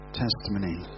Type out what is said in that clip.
testimony